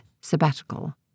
sabbatical